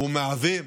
ומהווים